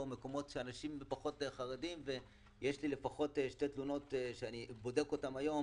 יש לי לפחות שתי תלונות שאני בודק היום,